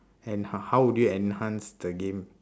and how how will you enhance the game